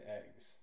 eggs